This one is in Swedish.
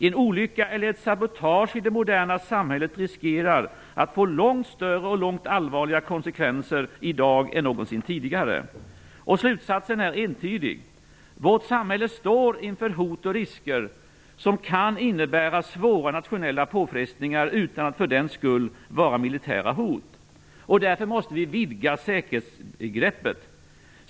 En olycka eller ett sabotage i det moderna samhället riskerar att få långt större och långt allvarligare konsekvenser i dag än någonsin tidigare. Slutsatsen är entydig: Vårt samhälle står inför hot och risker som kan innebära svåra nationella påfrestningar utan att för den skull vara militära hot. Därför måste vi vidga säkerhetsbegreppet.